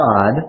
God